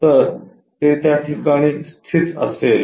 तर ते त्या ठिकाणी स्थित असेल